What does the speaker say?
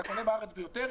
אתה קונה בארץ ביותר.